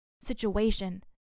situation